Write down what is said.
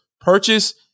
purchase